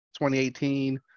2018